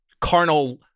carnal